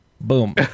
Boom